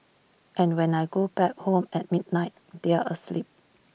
and when I go back home at midnight they are asleep